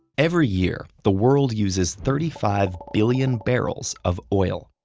every year, the world uses thirty five billion barrels of oil.